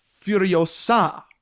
furiosa